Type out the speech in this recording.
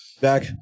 Back